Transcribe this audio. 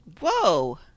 Whoa